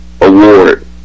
Award